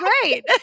great